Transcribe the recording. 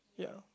ya